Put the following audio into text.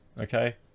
Okay